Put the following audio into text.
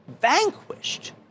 vanquished